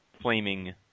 flaming